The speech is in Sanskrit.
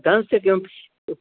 धनस्य किमपि